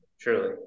truly